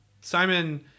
simon